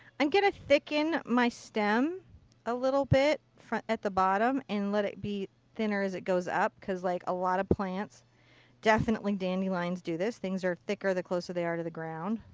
i'm going to thicken my stem a little bit at the bottom and let it be thinner as it goes up. because, like, a lot of plants definitely dandelions do this, things are thicker the closer they are to the ground.